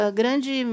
grande